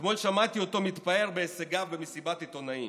אתמול שמעתי אותו מתפאר בהישגיו במסיבת עיתונאים.